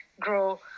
grow